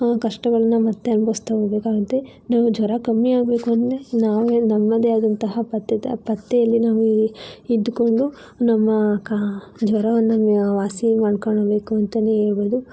ಕಷ್ಟಗಳನ್ನು ಮತ್ತೆ ಅನುಭವಿಸ್ತಾ ಹೋಗಬೇಕಾಗುತ್ತೆ ನೀವು ಜ್ವರ ಕಮ್ಮಿ ಆಗಬೇಕು ಅಂದರೆ ನಾವು ನಮ್ಮದೇ ಆದಂತಹ ಪಥ್ಯೆಯಲ್ಲಿ ನಾವು ಇದ್ದುಕೊಂಡು ನಮ್ಮ ಕಾ ಜ್ವರವನ್ನು ವಾಸಿ ಮಾಡ್ಕೊಳ್ಳಬೇಕು ಅಂತಲೇ ಹೇಳ್ಬೋದು